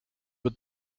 with